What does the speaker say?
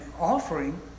offering